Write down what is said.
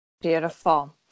Beautiful